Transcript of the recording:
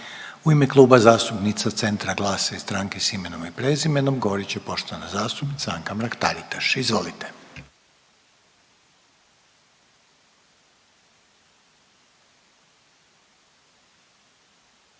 U ime Kluba zastupnica Centra, GLAS-a i Stranke s imenom i prezimenom govorit će poštovana zastupnica Anka Mrak-Taritaš, izvolite.